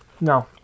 No